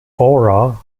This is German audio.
aura